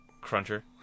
cruncher